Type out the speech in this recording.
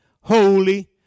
holy